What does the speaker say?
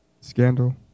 scandal